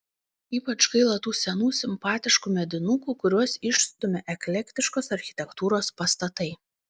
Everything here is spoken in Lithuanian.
ypač gaila tų senų simpatiškų medinukų kuriuos išstumia eklektiškos architektūros pastatai